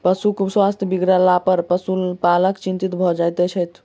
पशुक स्वास्थ्य बिगड़लापर पशुपालक चिंतित भ जाइत छथि